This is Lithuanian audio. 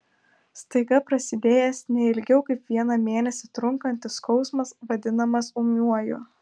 staiga prasidėjęs ne ilgiau kaip vieną mėnesį trunkantis skausmas vadinamas ūmiuoju